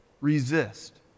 Resist